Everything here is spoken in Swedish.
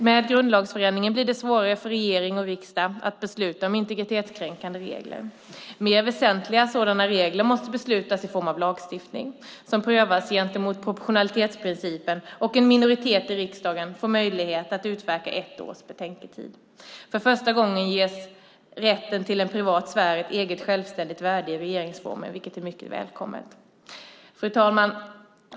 Med grundlagsförändringen blir det svårare för regering och riksdag att besluta om integritetskränkande regler. Mer väsentliga sådana regler måste beslutas i form av lagstiftning som prövas gentemot proportionalitetsprincipen, och en minoritet i riksdagen får möjlighet att utverka ett års betänketid. För första gången ges rätten till en privat sfär ett eget självständigt värde i regeringsformen, vilket är mycket välkommet. Fru talman!